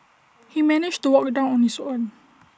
he managed to walk down on his own